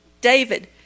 David